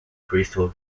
crystal